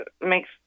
makes